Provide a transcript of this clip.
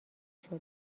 شده